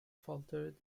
faltered